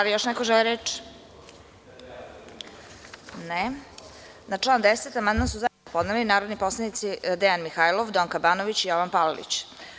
Da li još neko želi reč? (Ne.) Na član 10. amandman su zajedno podneli narodni poslanici Dejan Mihajlov, Donka Banović i Jovan Palalić.